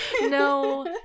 No